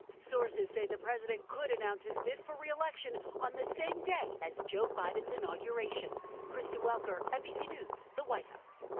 sources say the president could announce the bid for re-election on the same day as joe biden's inauguration kristen welker, nbc news, the white house.